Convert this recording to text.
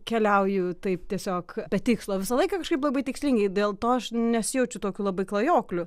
keliauju taip tiesiog be tikslo visą laiką kažkaip labai tikslingai dėl to aš nesijaučiu tokiu labai klajokliu